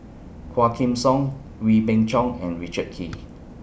Quah Kim Song Wee Beng Chong and Richard Kee